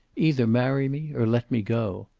either marry me or let me go.